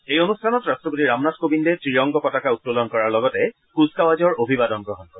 এই অনুষ্ঠানত ৰট্টপতি ৰামনাথ কোৱিন্দে ত্ৰিৰংগ পতাকা উত্তোলন কৰাৰ লগতে কুচকাৱাজৰ অভিবাদন গ্ৰহণ কৰে